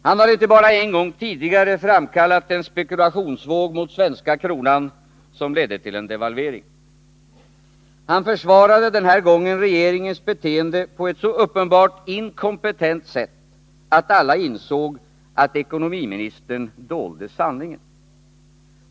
Han har inte bara en gång tidigare framkallat en spekulationsvåg mot den svenska kronan, som ledde till en devalvering. Han försvarade den här gången regeringens beteende på ett så uppenbart inkompetent sätt att alla insåg att ekonomiministern dolde sanningen.